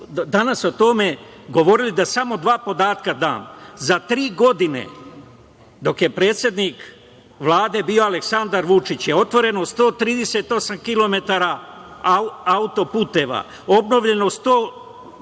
danas o tome govorili, samo dva podatka da dam. Za tri godine, dok je predsednik Vlade bio Aleksandar Vučić otvoreno je 138 km autoputeva, obnovljeno je 480